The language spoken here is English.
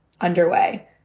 underway